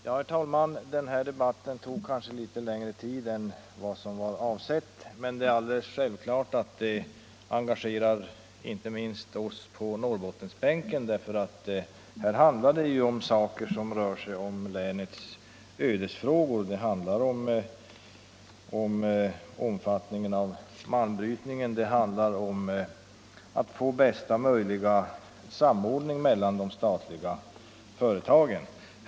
Herr talman! Denna debatt drar tydligen ut på tiden litet längre än som var avsett, och det är klart att dessa frågor engagerar inte minst oss på Norrbottensbänken. Det handlar ju om ödesfrågor för länet, om omfattningen av malmbrytningen och om att få bästa möjliga samordning till stånd mellan de statliga företagen som spelar en så stor roll där uppe.